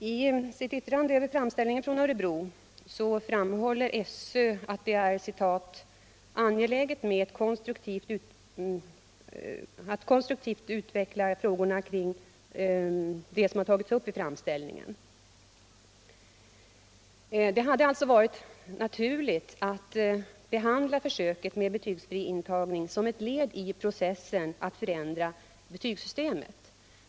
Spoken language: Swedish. I sitt yttrande över framställningen från Örebro framhåller SÖ att det är ”angeläget med ett konstruktivt utvecklingsarbete kring de frågor som tas upp i framställningen.” | Det hade alltså varit naturligt att behandla frågan om försök med betygsfri intagning som eu led i processen att förändra betygssystemet.